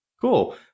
Cool